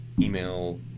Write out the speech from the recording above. email